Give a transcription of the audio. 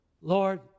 Lord